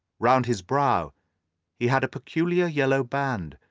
round his brow he had a peculiar yellow band,